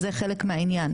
זה חלק מהעניין.